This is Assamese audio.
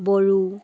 বড়ো